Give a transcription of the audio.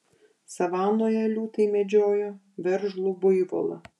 savanoje liūtai medžiojo veržlų buivolą